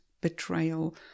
betrayal